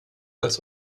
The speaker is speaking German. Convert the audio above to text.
als